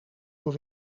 voor